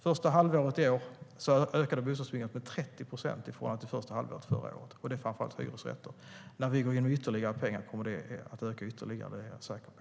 Första halvåret i år ökade bostadsbyggandet med 30 procent i förhållande till första halvåret förra året, och det är framför allt hyresrätter. När vi går in med ytterligare pengar kommer det att öka ytterligare. Det är jag säker på.